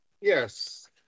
Yes